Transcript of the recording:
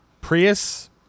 Prius